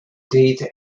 data